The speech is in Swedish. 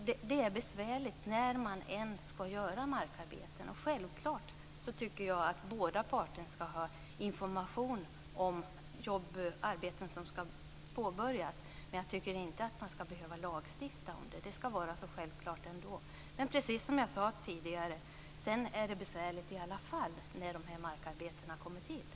Det är besvärligt när man än ska göra markarbetena. Självklart tycker jag att båda parter ska få information om arbeten som ska påbörjas, men jag tycker inte att man ska behöva lagstifta om det. Det ska vara självklart att informera. Som jag sagt kan det ändå vara besvärligt när markarbetena ska utföras.